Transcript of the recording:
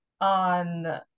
on